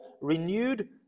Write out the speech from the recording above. renewed